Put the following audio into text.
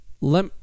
Let